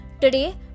Today